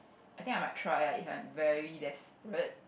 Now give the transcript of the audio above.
I think I might try lah if I'm very desperate